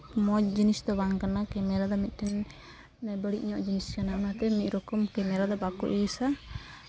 ᱢᱚᱡᱽ ᱡᱤᱱᱤᱥ ᱫᱚ ᱵᱟᱝ ᱠᱟᱱᱟ ᱠᱮᱢᱮᱨᱟ ᱫᱚ ᱢᱤᱫᱴᱮᱱ ᱵᱟᱹᱲᱤᱡ ᱧᱚᱜ ᱡᱤᱱᱤᱥ ᱠᱟᱱᱟ ᱚᱱᱟᱛᱮ ᱢᱤᱫ ᱨᱚᱠᱚᱢ ᱠᱮᱢᱮᱨᱟ ᱫᱚ ᱵᱟᱠᱚ ᱤᱭᱩᱥᱟ